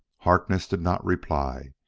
harkness did not reply.